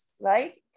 right